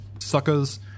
suckers